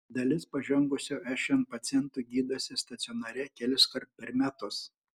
dalis pažengusio šn pacientų gydosi stacionare keliskart per metus